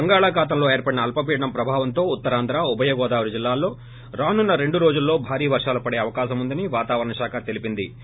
బంగాళాఖాతంలో ఏర్పడిన అల్పపీడనం ప్రభావంతో ఉత్తరాంధ్ర ఉభయ గోదావరి జిల్లాల్లో రానున్స రెండు రోజులలో భారీ వరాలు పడే అవకాశముందని వాతావరణ శాఖ తెలిపిందే